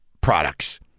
products